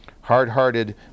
hard-hearted